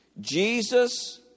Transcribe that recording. Jesus